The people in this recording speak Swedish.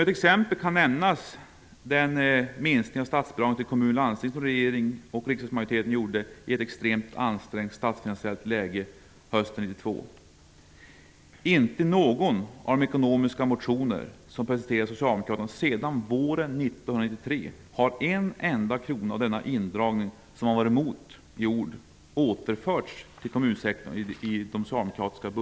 Som exempel kan nämnas den sänkning av statsbidrag till kommuner och landsting som regeringen och riksdagsmajoriteten i ett extremt ansträngt statsfinansiellt läge beslutade om hösten 1992. Inte i någon av de ekonomiska motioner eller budgetalternativ som presenterats av Socialdemokraterna sedan våren 1993 har en enda krona av denna indragning återförts till kommunsektorn.